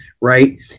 right